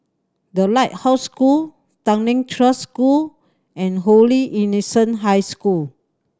The Lighthouse School Tanglin Trust School and Holy Innocents' High School